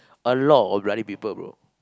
a lot of bloody people bro